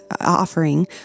offering